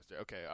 Okay